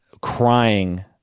crying